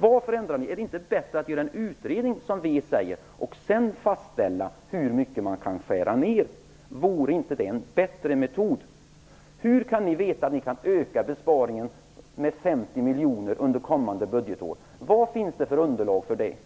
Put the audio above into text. varför ändrar ni er? Är det inte bättre att göra en utredning, som vi har föreslagit, och sedan fastställa hur mycket man kan skära ned? Vore inte det en bättre metod? Hur kan ni veta att ni kan öka besparingen med 50 miljoner under kommande budgetår? Vad finns det för underlag för det?